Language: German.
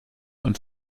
und